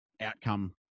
outcome